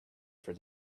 for